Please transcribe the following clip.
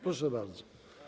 Proszę bardzo.